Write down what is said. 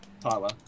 Tyler